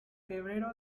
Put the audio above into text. febrero